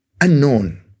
unknown